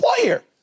player